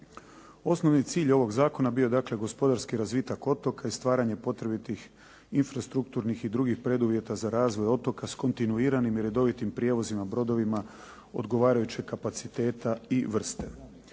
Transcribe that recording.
Osnovni cilj ovog zakona bio je gospodarski razvitak otoka i stvaranja potrebitih infrastrukturnih i drugih preduvjeta za razvoj otoka s kontinuiranim i redovitim prijevozima brodovima odgovarajućeg kapaciteta i vrste.